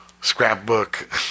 scrapbook